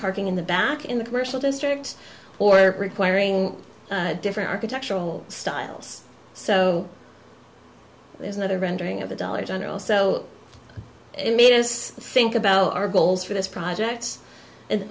parking in the back in the commercial district or requiring different architectural styles so there's another rendering of the dollar general so it made us think about our goals for this project